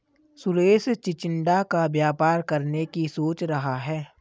सुरेश चिचिण्डा का व्यापार करने की सोच रहा है